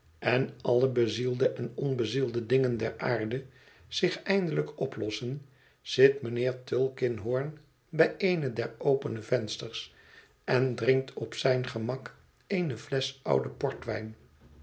en alle bezielde en onbezielde dingen der aarde zich eindelijk oplossen zit mijnheer tulkinghorn bij eene der opene vensters en drinkt op zijn gemak eene flesch ouden portwijn